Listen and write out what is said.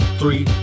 three